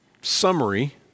summary